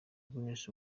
guinness